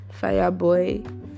fireboy